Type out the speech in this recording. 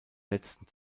letzten